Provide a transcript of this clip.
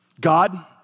God